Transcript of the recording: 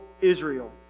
Israel